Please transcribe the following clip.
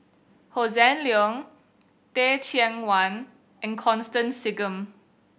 Hossan Leong Teh Cheang Wan and Constance Singam